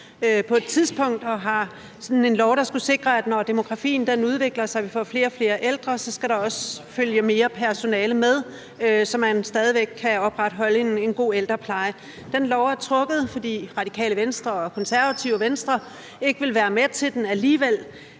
på et tidspunkt, altså sådan en lov, der skulle sikre, at når demografien udvikler sig og vi får flere og flere ældre, skal der også følge mere personale med, så man stadig væk kan opretholde en god ældrepleje. Det forslag er trukket, fordi Radikale Venstre og Konservative og Venstre ikke ville være med til det alligevel,